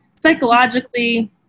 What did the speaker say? psychologically